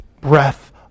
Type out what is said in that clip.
breath